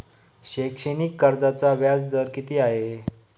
शैक्षणिक कर्जाचा व्याजदर किती आहे?